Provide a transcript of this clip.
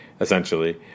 essentially